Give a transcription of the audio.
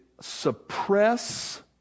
suppress